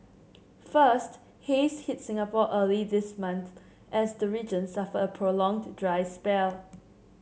first haze hit Singapore early this month as the region suffered a prolonged dry spell